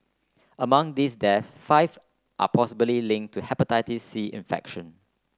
among these deaths five are possibly linked to Hepatitis C infection